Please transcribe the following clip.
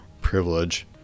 privilege